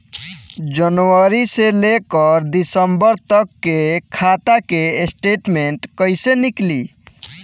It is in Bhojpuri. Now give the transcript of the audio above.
जनवरी से लेकर दिसंबर तक के खाता के स्टेटमेंट कइसे निकलि?